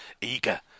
eager